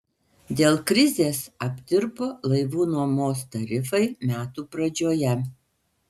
dėl krizės aptirpo laivų nuomos tarifai metų pradžioje